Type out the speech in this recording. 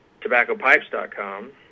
tobaccopipes.com